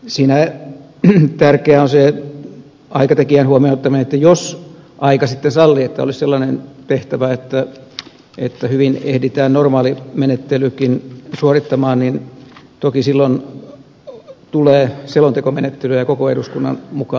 siinä tärkeää on se aikatekijän huomioon ottaminen että jos aika sallii että olisi sellainen tehtävä että hyvin ehditään normaalimenettelykin suorittamaan niin toki silloin tulee selontekomenettelyä ja koko eduskunnan mukaan saamista soveltaa